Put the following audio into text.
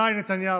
די, נתניהו,